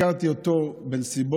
הכרתי אותו בנסיבות